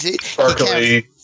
Sparkly